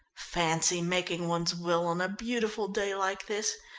fancy making one's will on a beautiful day like this,